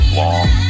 long